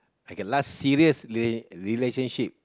okay last serious relationship